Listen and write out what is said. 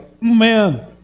man